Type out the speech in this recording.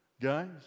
guys